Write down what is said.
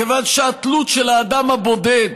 מכיוון שהתלות של האדם הבודד